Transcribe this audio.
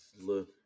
look